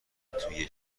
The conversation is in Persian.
توی